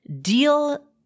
deal